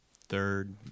third